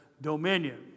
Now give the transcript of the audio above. dominion